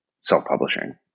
self-publishing